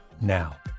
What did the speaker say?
now